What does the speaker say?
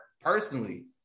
personally